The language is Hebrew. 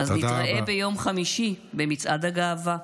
אז נתראה ביום חמישי במצעד הגאווה.